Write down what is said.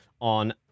on